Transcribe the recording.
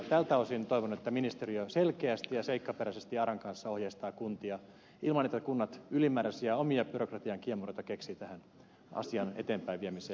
tältä osin toivon että ministeriö selkeästi ja seikkaperäisesti aran kanssa ohjeistaa kuntia ilman että kunnat ylimääräisiä omia byrokratian kiemuroita keksivät asian eteenpäinviemiseen ja päätöksentekoon